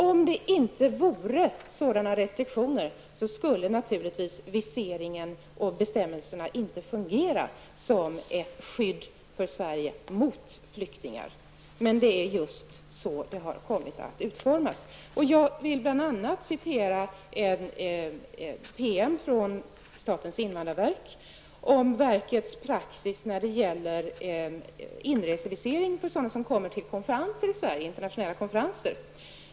Om inte restriktionerna fanns skulle naturligtvis viseringen och övriga bestämmelser inte fungera som ett skydd för Sverige mot flyktingar. Det är alltså på beskrivet sätt som bestämmelserna har kommit att utformas. Låt mig citera ur en promemoria från statens invandrarverk om verkets praxis när det gäller inresevisering för de människor som kommer till Sverige för att delta i internationella konferenser här.